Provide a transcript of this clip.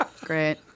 great